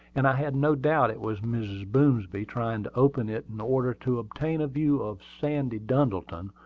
and i had no doubt it was mrs. boomsby trying to open it in order to obtain a view of sandy duddleton,